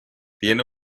tiene